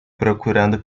procurando